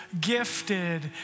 gifted